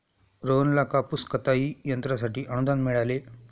रोहनला कापूस कताई यंत्रासाठी अनुदान मिळाले